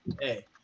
Hey